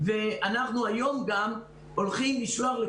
כמו שציינתי, אנחנו עושים הכול